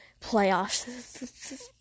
playoffs